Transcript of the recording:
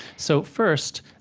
so first,